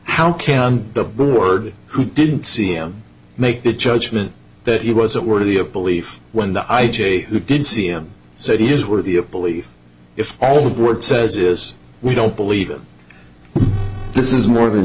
how can the board who didn't see him make a judgment that he wasn't worthy of belief when the i j a who did see him said he is worthy of belief if all the word says is we don't believe this is more than